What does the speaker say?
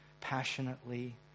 passionately